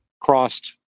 crossed